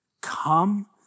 Come